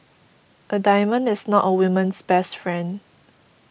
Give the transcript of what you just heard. a diamond is not a woman's best friend